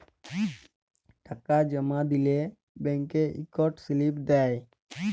টাকা জমা দিলে ব্যাংক ইকট সিলিপ দেই